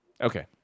Okay